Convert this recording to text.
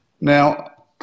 Now